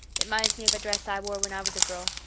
it minds me of a dress i wore when i was a girl,